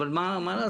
אבל מה לעשות,